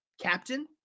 Captain